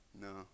No